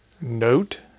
note